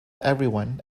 everyone